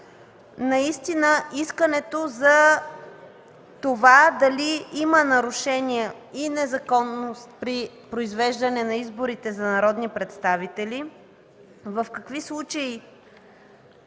касае искането за това дали има нарушения и незаконност при произвеждане на изборите за народни представители, в какви случаи